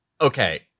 okay